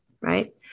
right